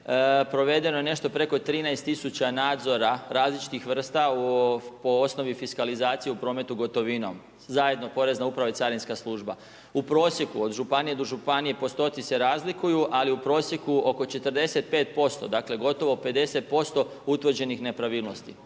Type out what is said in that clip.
provedeno je nešto preko 13000 nadzora različitih vrsta po osnovi fiskalizacije u prometu gotovinom, zajedno porezna uprava i carinska služba. U prosjeku od županije do županije, postoci se razlikuju, ali u prosjeku, oko 45%, dakle gotovo 50% utvrđenih nepravilnosti.